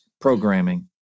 programming